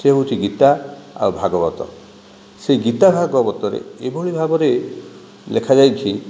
ସେ ହେଉଛି ଗୀତା ଆଉ ଭାଗବତ ସେହି ଗୀତା ଭାଗବତରେ ଏଭଳି ଭାବରେ ଲେଖାଯାଇଛି